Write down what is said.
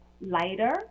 lighter